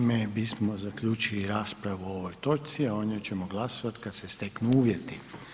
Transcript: Time bismo zaključili raspravu o ovoj točci, a o njoj ćemo glasovati kad se steknu uvjeti.